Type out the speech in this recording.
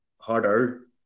harder